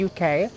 uk